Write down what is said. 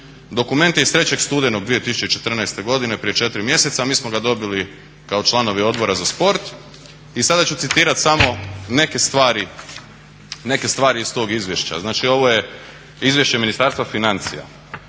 Dokument je iz 3. studenog 2014. godine, prije četiri mjeseca, mi smo ga dobili kao članovi Odbora za sport i sada ću citirat samo neke stvari iz tog izvješća. Znači ovo je izvješće Ministarstva financija.